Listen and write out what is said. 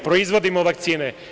Proizvodimo vakcine.